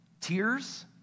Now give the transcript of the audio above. tears